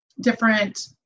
different